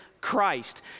Christ